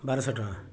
ବାରଶହ ଟଙ୍କା